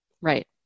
right